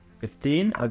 Fifteen